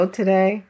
today